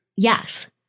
Yes